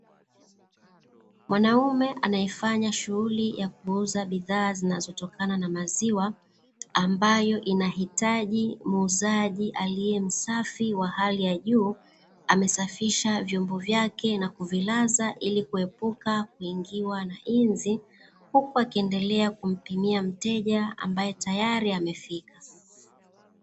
Mwanaume anayefanya shughuli ya kuuza bidhaa zinazotokana na maziwa, ambayo inahitaji muuzaji aliyemsafi wa hali ya juu, amesafisha vyombo vyake na kuvilaza ili kuepuka kuingiwa na inzi, huku akiendelea kumpimia mteja ambaye tayari amefika.